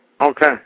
Okay